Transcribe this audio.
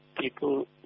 people